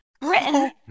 Britain